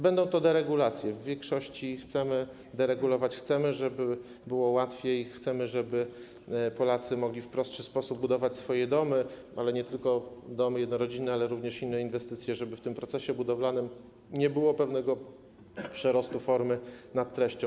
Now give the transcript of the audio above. Będą to deregulacje, w większości chcemy deregulować, chcemy, żeby było łatwiej, chcemy, żeby Polacy mogli w prostszy sposób budować swoje domy, ale nie tylko domy jednorodzinne, również inne inwestycje, żeby w tym procesie budowlanym nie było pewnego przerostu formy nad treścią.